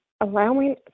allowing